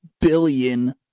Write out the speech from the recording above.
billion